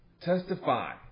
testify